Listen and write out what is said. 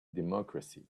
democracy